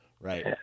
Right